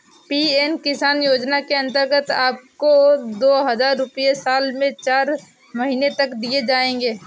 PM Kisan योजना के अंतर्गत आपको दो हज़ार रुपये साल में चार महीने तक दिए जाएंगे